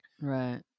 Right